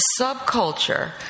subculture